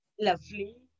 Lovely